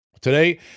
today